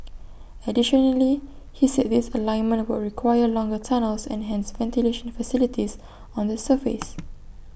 additionally he said this alignment would require longer tunnels and hence ventilation facilities on the surface